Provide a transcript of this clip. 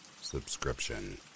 subscription